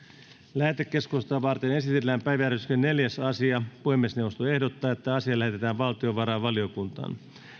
lähetekeskustelua varten esitellään päiväjärjestyksen neljäs asia puhemiesneuvosto ehdottaa että asia lähetetään valtiovarainvaliokuntaan